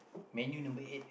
Man-U number eight